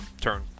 turn